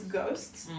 ghosts